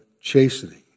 chastening